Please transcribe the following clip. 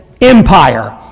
Empire